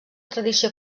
tradició